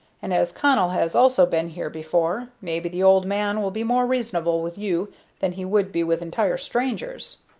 and as connell has also been here before, maybe the old man will be more reasonable with you than he would be with entire strangers.